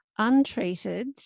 untreated